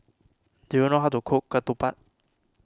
do you know how to cook Ketupat